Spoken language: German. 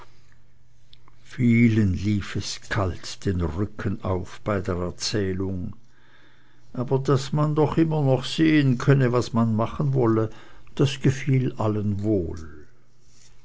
lief es kalt den rücken auf bei der erzählung aber daß man dann noch immer sehen könne was man machen wolle das gefiel allen wohl